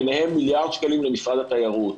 ביניהם מיליארד שקלים למשרד התיירות.